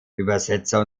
übersetzer